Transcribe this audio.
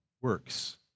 works